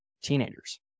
teenagers